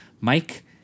Mike